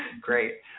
Great